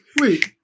wait